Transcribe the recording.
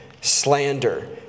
slander